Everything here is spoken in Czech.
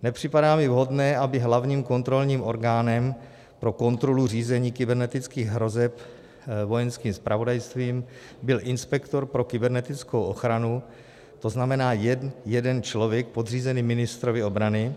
Nepřipadá mi vhodné, aby hlavním kontrolním orgánem pro kontrolu řízení kybernetických hrozeb Vojenským zpravodajstvím byl inspektor pro kybernetickou ochranu, to znamená jen jeden člověk podřízený ministrovi obrany.